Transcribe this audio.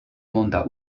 monda